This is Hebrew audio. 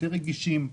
יותר רגישים.